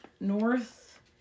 North